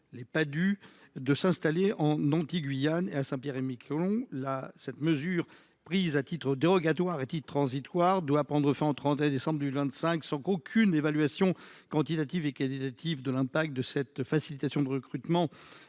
(Padhue) de s’installer aux Antilles, en Guyane et à Saint Pierre et Miquelon. Cette mesure prise à titre dérogatoire et à titre transitoire doit prendre fin au 31 décembre 2025, sans qu’aucune évaluation quantitative et qualitative de l’impact de cette facilitation de recrutement